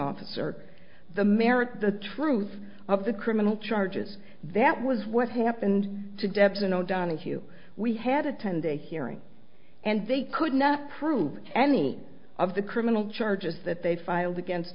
officer the merit of the truth of the criminal charges that was what happened to debs and o'donoghue we had a ten day hearing and they could not prove any of the criminal charges that they filed against